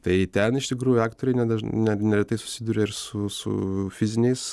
tai ten iš tikrųjų aktoriai ne dažn ne neretai susiduria ir su su fiziniais